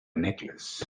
necklace